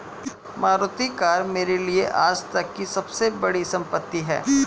Maruti car मेरे लिए आजतक की सबसे बड़ी संपत्ति है